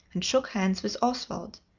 and shook hands with oswald,